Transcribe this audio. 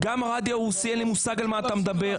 גם ברדיו הרוסי, אין לי מושג על מה אתה מדבר.